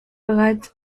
bereits